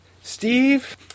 Steve